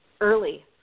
early